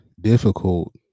difficult